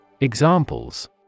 Examples